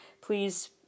please